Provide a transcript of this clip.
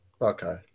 Okay